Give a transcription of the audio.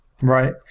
Right